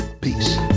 peace